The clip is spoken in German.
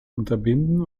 unterbinden